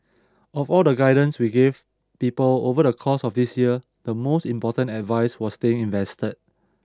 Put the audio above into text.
of all the guidance we gave people over the course of this year the most important advice was staying invested